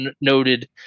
noted